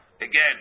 Again